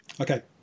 Okay